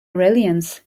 reliance